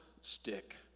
stick